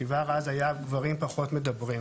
כי כבר אז היה גברים פחות מדברים.